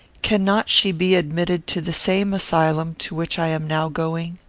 cannot she be admitted to the same asylum to which i am now going?